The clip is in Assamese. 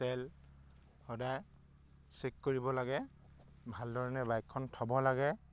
তেল সদায় চেক কৰিব লাগে ভালধৰণে বাইকখন থ'ব লাগে